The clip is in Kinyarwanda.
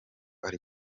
ari